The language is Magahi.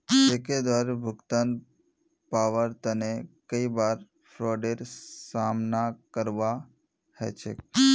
चेकेर द्वारे भुगतान पाबार तने कई बार फ्राडेर सामना करवा ह छेक